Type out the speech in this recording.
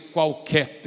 qualquer